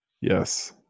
Yes